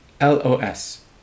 LOS